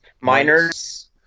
miners